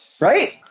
Right